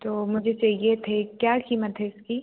तो मुझे चाहिए थे क्या कीमत है इसकी